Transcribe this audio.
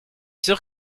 sûr